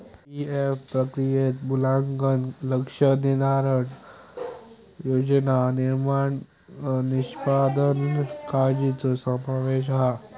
PF प्रक्रियेत मूल्यांकन, लक्ष्य निर्धारण, योजना निर्माण, निष्पादन काळ्जीचो समावेश हा